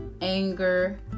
anger